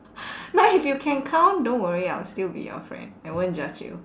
now if you can count don't worry I'll still be your friend I won't judge you